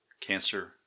cancer